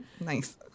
nice